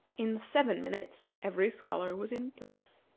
in seven minutes every scholar was in place.